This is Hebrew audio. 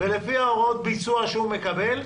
ולפי הוראות הביצוע שהוא מקבל,